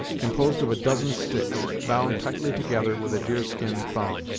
composed of a dozen sticks bound tightly together with a deer-skin thong.